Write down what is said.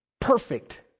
Perfect